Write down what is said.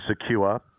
secure